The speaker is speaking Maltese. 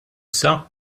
issa